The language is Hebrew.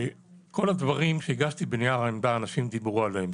כל הדברים שהגשתי בנייר העמדה אנשים דיברו עליהם.